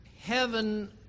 Heaven